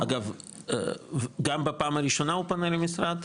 אגב, גם בפעם הראשונה הוא פונה למשרד?